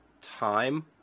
time